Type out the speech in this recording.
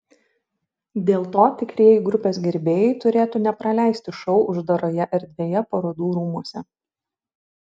dėl to tikrieji grupės gerbėjai turėtų nepraleisti šou uždaroje erdvėje parodų rūmuose